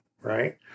right